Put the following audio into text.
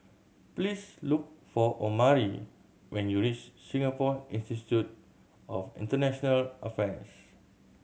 please look for Omari when you reach Singapore Institute of International Affairs